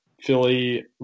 Philly